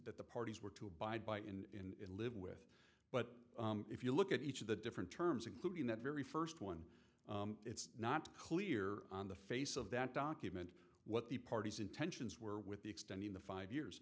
that the parties were to abide by in live with but if you look at each of the different terms including that very first one it's not clear on the face of that document what the parties intentions were with the extending the five years